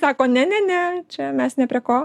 sako ne ne ne čia mes ne prie ko